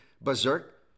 berserk